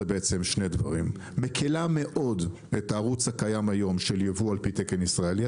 שני דברים: מקלה מאוד את הערוץ הקיים היום של ייבוא על פי תקן ישראלי,